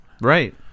Right